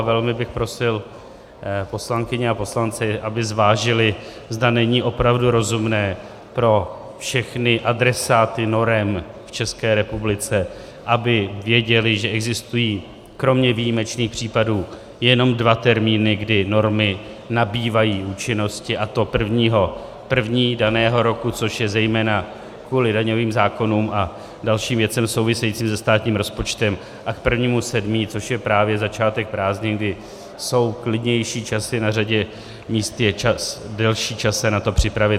Velmi bych prosil poslankyně a poslance, aby zvážili, zda není opravdu rozumné pro všechny adresáty norem v České republice, aby věděli, že existují kromě výjimečných případů jenom dva termíny, kdy normy nabývají účinnosti, a to 1. 1. daného roku, což je zejména kvůli daňovým zákonům a dalším věcem souvisejícím se státním rozpočtem, a k 1. 7., což je právě začátek prázdnin, kdy jsou klidnější časy, na řadě míst je delší čas se na to připravit.